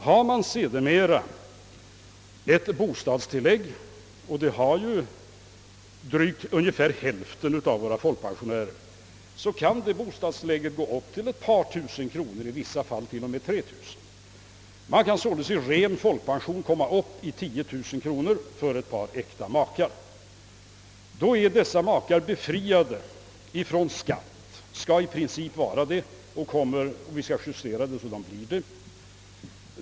Har man bostadstillägg — och det har ungefär hälften av folkpensionärerna — kan detta gå upp till ett par tusen kronor, i vissa fall t.o.m. till 3 000 kronor. Ett par äkta makar kan således i ren folkpension komma upp till 10 000 kronor. Dessa makar är befriade från skatt — de skall i princip vara det, och vi skall justera reglerna så att de också blir det.